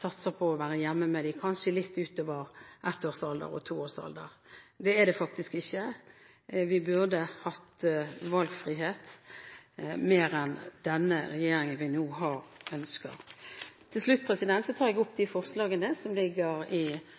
satser på å være hjemme med dem, kanskje litt ut over ett- og toårsalder. Det er det faktisk ikke. Vi burde hatt valgfrihet – mer enn det denne regjeringen vi nå har, ønsker. Til slutt tar jeg opp forslagene fra Kristelig Folkeparti i sak nr. 26. Representanten Laila Dåvøy har tatt opp de forslagene